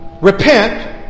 Repent